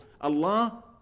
Allah